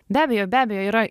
be abejo be abejo yra